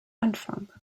anfang